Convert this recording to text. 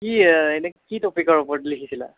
কি এনেই কি টপিকৰ ওপৰত লিখিছিলা